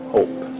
Hope